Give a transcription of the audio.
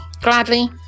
Gladly